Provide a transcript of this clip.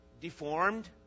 deformed